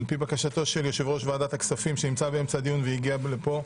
על פי בקשתו של יושב-ראש ועדת הכספים שנמצא באמצע הדיון והגיע לפה: